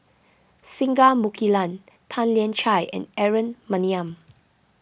Singai Mukilan Tan Lian Chye and Aaron Maniam